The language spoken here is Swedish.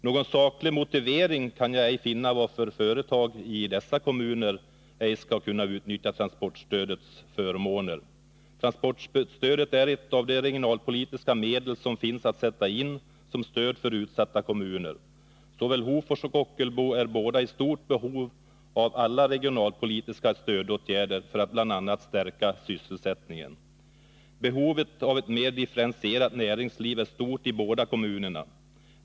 Någon saklig motivering kan jag ej finna till varför företag i dessa kommuner ej skall kunna utnyttja transportstödets förmåner. Transportstödet är ett av de regionalpolitiska medel som finns att sätta in som stöd för utsatta kommuner. Såväl Hofors som Ockelbo är i stort behov av alla regionalpolitiska stödåtgärder för att bl.a. stärka sysselsättningen. Behovet av ett mer differentierat näringsliv är stort i båda kommunerna.